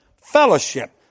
fellowship